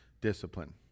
discipline